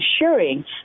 ensuring